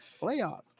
playoffs